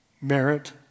merit